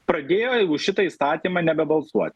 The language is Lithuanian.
pradėjo jau šitą įstatymą nebebalsuoti